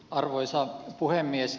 arvoisa puhemies